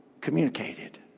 communicated